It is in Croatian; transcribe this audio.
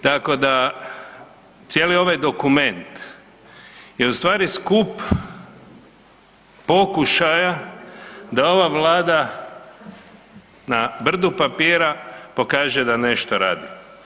Tako da cijeli ovaj dokument je ustvari skup pokušaja da ova Vlada na brdu papira pokaže da nešto radi.